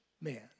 man